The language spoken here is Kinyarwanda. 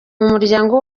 muryango